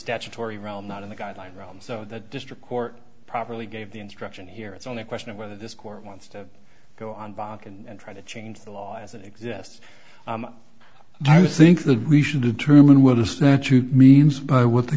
statutory realm not in the guideline realm so the district court properly gave the instruction here it's only a question of whether this court wants to go on bach and try to change the law as it exists i would think that we should determine what the statute means by what the